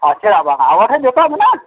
ᱦᱚᱸ ᱪᱮᱫᱟᱜ ᱵᱟᱝ ᱟᱵᱚᱴᱷᱮᱱ ᱡᱚᱛᱚᱣᱟᱜ ᱢᱮᱱᱟᱜᱼᱟ